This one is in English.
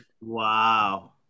Wow